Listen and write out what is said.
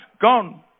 gone